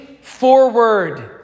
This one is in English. forward